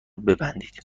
ببندید